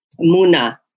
Muna